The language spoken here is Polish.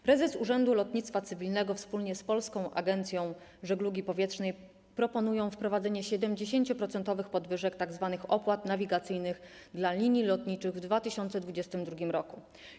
Prezes Urzędu Lotnictwa Cywilnego wspólnie z Polską Agencją Żeglugi Powietrznej proponują wprowadzenie 70-procentowych podwyżek tzw. opłat nawigacyjnych dla linii lotniczych w 2022 r.